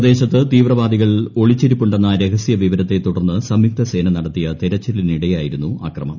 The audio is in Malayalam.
പ്രദേശത്ത് തീവ്രവാദികൾ ഒളിച്ചിരിപ്പുണ്ടെന്ന രഹസ്യവിവരത്തെ തുടർന്ന് സംയുക്ത സേന നടത്തിയ തെരച്ചിലിനിടെയായിരുന്നു അക്രമം